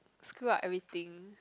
screw up everything